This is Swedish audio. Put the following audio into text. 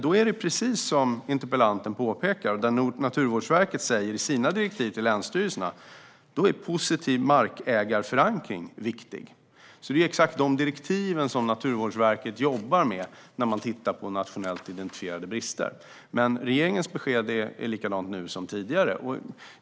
Då är det precis som interpellanten påpekar och som Naturvårdsverket säger i sina direktiv till länsstyrelserna så att positiv markägarförankring är viktig. Det är exakt de direktiven som Naturvårdsverket jobbar med när man tittar på nationellt identifierade brister. Men regeringens besked är samma nu som tidigare.